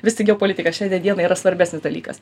vis tik geopolitika šiandie dienai yra svarbesnis dalykas